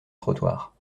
trottoir